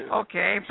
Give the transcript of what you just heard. okay